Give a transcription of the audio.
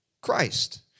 Christ